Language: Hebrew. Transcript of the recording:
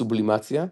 סובלימציה,